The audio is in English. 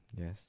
Yes